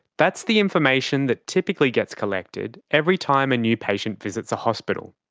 that's the information that typically gets collected every time a new patient visits a hospital.